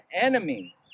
enemy